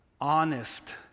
Honest